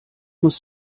muss